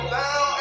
now